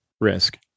risk